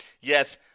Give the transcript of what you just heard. Yes